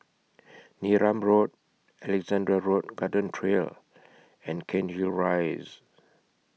Neram Road Alexandra Road Garden Trail and Cairnhill Rise